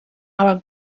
our